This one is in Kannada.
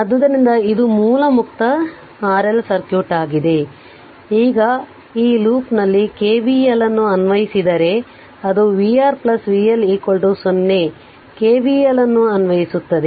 ಆದ್ದರಿಂದ ಇದು ಮೂಲ ಮುಕ್ತ RL ಸರ್ಕ್ಯೂಟ್ ಆಗಿದೆ ಈಗ ಈ ಲೂಪ್ನಲ್ಲಿ KVL ಅನ್ನು ಅನ್ವಯಿಸಿದರೆ ಅದು vR vL 0 KVL ಅನ್ನು ಅನ್ವಯಿಸುತ್ತದೆ